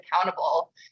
accountable